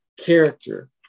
character